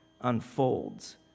unfolds